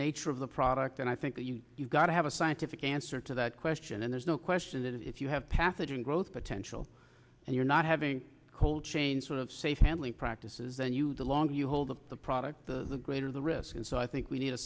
nature of the product and i think that you you've got to have a scientific answer to that question and there's no question that if you have pathogen growth potential and you're not having cold chain sort of say family practices then you the longer you hold up the product the greater the risk and so i think we need a